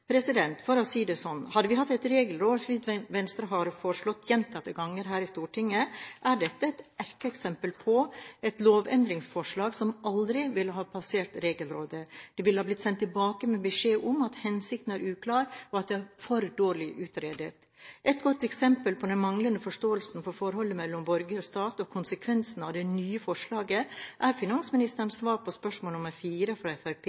fleste. For å si det sånn: Hadde vi hatt et regelråd, slik Venstre har foreslått gjentatte ganger her i Stortinget, er dette erkeeksempelet på et lovendringsforslag som aldri ville ha passert regelrådet. Det ville ha blitt sendt tilbake med beskjed om at hensikten er uklar, og at det er for dårlig utredet. Et godt eksempel på den manglende forståelsen for forholdet mellom borger og stat og konsekvensen av det nye forslaget er finansministerens svar på spørsmål nr. 4 fra